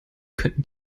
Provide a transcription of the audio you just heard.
könnten